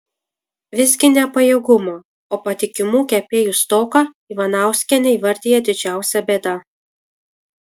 visgi ne pajėgumo o patikimų kepėjų stoką ivanauskienė įvardija didžiausia bėda